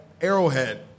Arrowhead